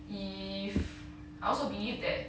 if I also believe that